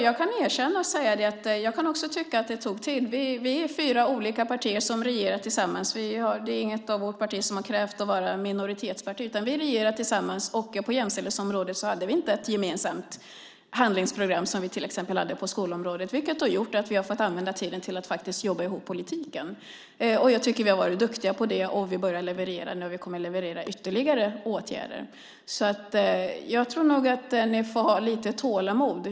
Jag kan erkänna och säga att jag också kan tycka att det tog tid. Vi är fyra olika partier som regerar tillsammans. Inget av våra partier har krävt att vara minoritetsparti utan vi regerar tillsammans, och på jämställdhetsområdet hade vi inte ett gemensamt handlingsprogram som vi till exempel hade på skolområdet, vilket har gjort att vi har fått använda tiden till att faktiskt jobba ihop politiken. Och jag tycker att vi har varit duktiga på det. Vi börjar leverera nu, och vi kommer att leverera ytterligare åtgärder. Jag tror nog att ni får ha lite tålamod.